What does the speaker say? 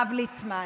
הרב ליצמן.